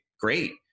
Great